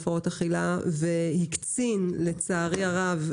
לצערי הרב,